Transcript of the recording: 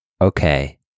okay